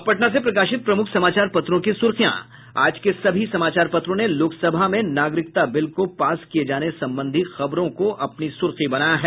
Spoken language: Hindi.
अब पटना से प्रकाशित प्रमुख समाचार पत्रों की सुर्खियां आज के सभी समाचार पत्रों ने लोकसभा में नागरिकता बिल को पास किये जाने संबंधी खबरों को अपनी सुर्खी बनायी है